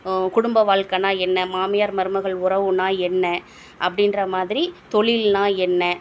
குடும்ப வாழ்க்கனா என்ன மாமியார் மருமகள் உறவுனா என்ன அப்படின்ற மாதிரி தொழில்னா என்ன